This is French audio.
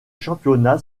championnat